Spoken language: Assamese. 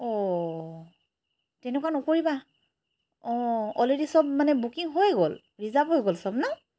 ঔ তেনেকুৱা নকৰিবা অঁ অলৰেডি চব মানে বুকিং হৈ গ'ল ৰিজাৰ্ভ হৈ গ'ল চব ন